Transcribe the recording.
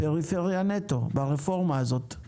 פריפריה נטו ברפורמה הזאת.